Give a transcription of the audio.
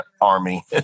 army